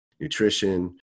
Nutrition